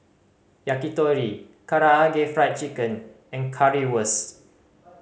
Yakitori Karaage Fried Chicken and Currywurst